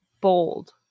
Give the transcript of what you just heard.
Bold